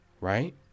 right